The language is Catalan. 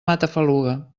matafaluga